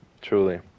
truly